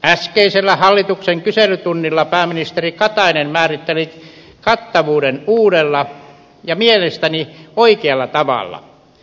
äskeisellä hallituksen kyselytunnilla pääministeri katainen määritteli kattavuuden uudella ja mielestäni oikealla tavalla